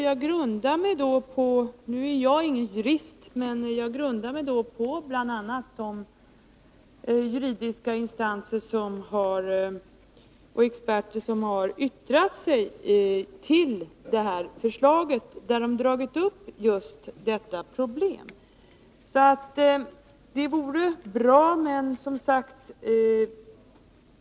Jag är ingen jurist, men jag grundar mig bl.a. på de juridiska instanser och experter som har yttrat sig om det här förslaget och som dragit upp just detta problem.